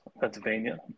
Pennsylvania